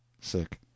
Sick